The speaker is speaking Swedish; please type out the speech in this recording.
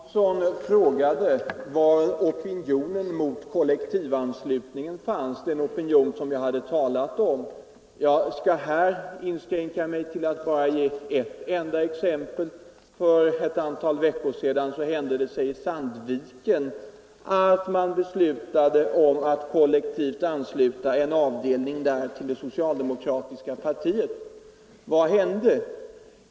Herr talman! Fru Hansson frågade var opinionen mot kollektivanslutningen fanns, som jag hade talat om. Jag skall inskränka mig till att bara ge ett enda exempel. För ett antal veckor sedan beslöt man i Sandviken att kollektivt ansluta en avdelning till det socialdemokratiska par tiet. Vad hände sedan?